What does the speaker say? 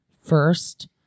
first